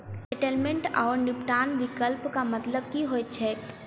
Settlement आओर निपटान विकल्पक मतलब की होइत छैक?